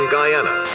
Guyana